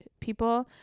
people